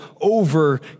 over